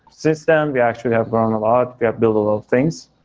since then, we actually have grown a lot. we have build a lot of things.